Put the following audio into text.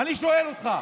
אני שואל אותך,